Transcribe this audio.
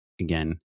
again